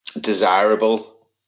desirable